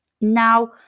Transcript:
Now